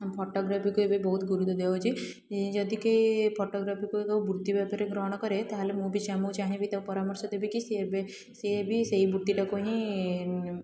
ଫଟୋଗ୍ରାଫିକୁ ଏବେ ବହୁତ ଗୁରୁତ୍ୱ ଦିଆହେଉଛି ଯଦି କିଏ ଫଟୋଗ୍ରାଫିକୁ ଏକ ବୃତ୍ତିଭାବେ ଗ୍ରହଣକରେ ତା'ହେଲେ ମୁଁ ବି ଚାହିଁବି ତାକୁ ପରାମର୍ଶ ଦେବିକି ସେ ସେ ବି ସେହି ବୃତ୍ତିଟାକୁ ହିଁ